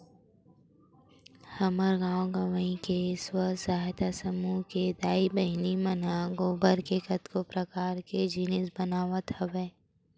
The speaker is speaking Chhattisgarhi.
हमर गाँव गंवई के स्व सहायता समूह के दाई बहिनी मन ह गोबर ले कतको परकार के जिनिस बनावत हवय